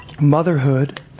Motherhood